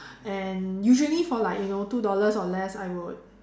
and usually for like you know two dollars or less I would